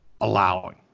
allowing